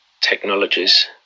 technologies